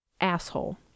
Asshole